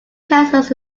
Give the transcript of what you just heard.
castles